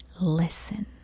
listen